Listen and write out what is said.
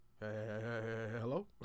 Hello